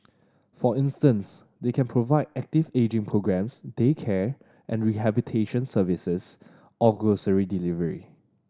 for instance they can provide active ageing programmes daycare and rehabilitation services or grocery delivery